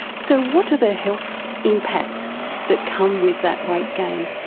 so what are the health impacts that come with that weight gain?